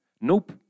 Nope